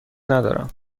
ندارم